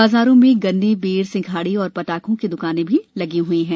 बाजारों में गन्ने बेर सिंघाड़े और पटाखों की दुकाने भी लगी हुई हैं